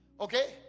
okay